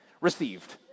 Received